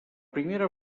primera